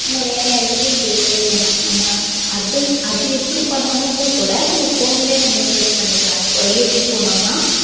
நம்ம வேற யார்கிட்டயும் கேட்கவே வேணாம் நம்ம அது அது எப்படி பண்ணணும்னு கூட நம்ம ஃபோன்லேயே நம்ம சர்ச் பண்ணிக்கலாம் இப்போது யூடியூப் போகணும்னா